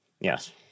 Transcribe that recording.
Yes